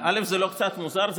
זה לא קצת מוזר,